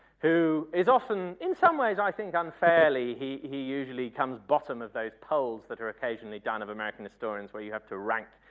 who is often, in some ways i think unfairly, he he usually comes bottom of those polls that are occasionally done of american historians where you have to rank,